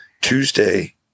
Tuesday